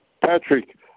Patrick